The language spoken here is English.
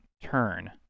turn